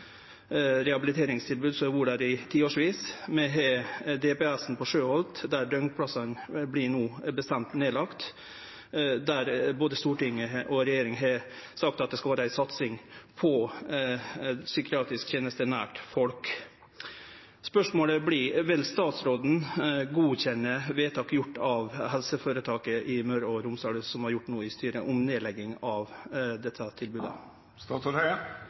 har vore der i fleire tiår. Vi har DPS-en på Sjøholt, der døgnplassane no vert bestemt nedlagde, der både storting og regjering har sagt at det skal vere ei satsing på psykiatriske tenester nær folk. Spørsmålet vert: Vil statsråden godkjenne vedtak gjort av styret i helseføretaket i Møre og Romsdal om nedlegging av dette tilbodet? Jeg opplever ikke at styret